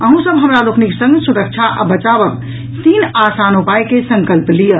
अहूँ सब हमरा लोकनिक संग सुरक्षा आ बचावक तीन आसान उपायके संकल्प लियऽ